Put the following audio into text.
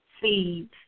seeds